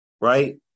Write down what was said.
Right